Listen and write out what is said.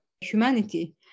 humanity